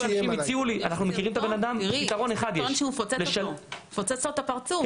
יש סרטון, תיראי, סרטון שהוא פוצץ לו את הפרצוף.